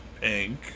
pink